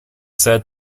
said